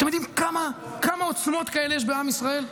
אתם יודעים כמה עוצמות כאלה יש בעם ישראל?